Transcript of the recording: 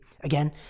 again